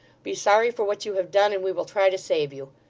be sorry for what you have done, and we will try to save you.